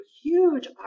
huge